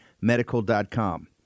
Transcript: medical.com